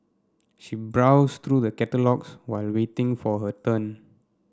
she browsed through the catalogues while waiting for her turn